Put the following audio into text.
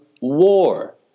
war